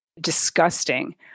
disgusting